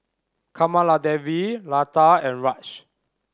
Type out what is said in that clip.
Kamaladevi Lata and Raj